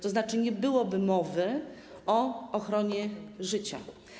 To znaczy nie byłoby mowy o ochronie życia.